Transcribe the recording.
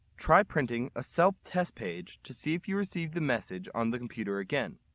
try printing a self test page to see if you receive the message on the computer again.